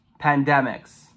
pandemics